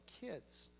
kids